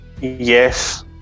Yes